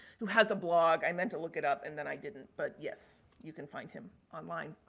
who has a blog, i meant to look it up and then i didn't. but, yes, you can find him online.